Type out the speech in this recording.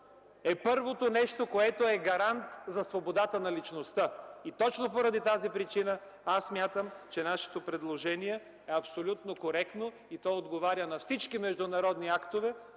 е първото нещо – гарант за свободата на личността. Точно поради тази причина смятам нашето предложение за абсолютно коректно. То отговаря на всички международни актове,